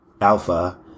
Alpha